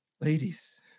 Ladies